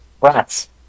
rats